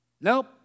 Nope